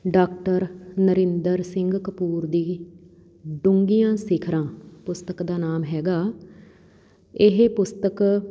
doctor Narinder Singh Kapoor ਦੀ ਡੂੰਘੀਆਂ ਸਿਖਰਾਂ ਪੁਸਤਕ ਦਾ ਨਾਮ ਹੈਗਾ ਇਹ ਪੁਸਤਕ